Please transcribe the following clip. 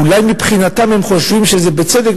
אולי מבחינתם הם חושבים שזה בצדק.